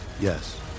Yes